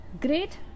great